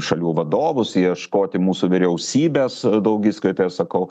šalių vadovus ieškoti mūsų vyriausybės daugiskaitoje sakau